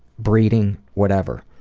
breeding, whatever.